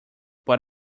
but